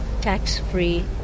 tax-free